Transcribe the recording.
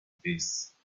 peace